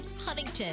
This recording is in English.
Huntington